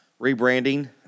rebranding